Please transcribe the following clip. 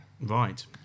Right